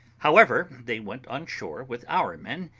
however, they went on shore with our men,